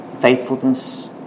faithfulness